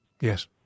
Yes